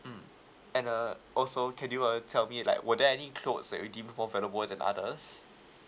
mm and uh also can you uh tell me like were there any clothes that were deem more valuable than others